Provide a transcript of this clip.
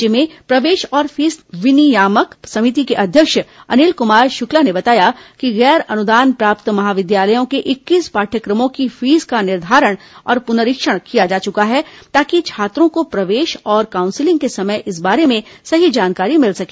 राज्य में प्रवेश और फीस विनियामक समिति के अध्यक्ष अनिल कुमार शुक्ला ने बताया कि गैर अनुदान प्राप्त महाविद्यालयों के इक्कीस पाठ्यक्रमों की फीस का निर्धारण और पुनरीक्षण किया जा चुका है ताकि छात्रों को प्रवेश और काउंसिलिंग के समय इस बारे में सही जानकारी मिल सके